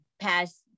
past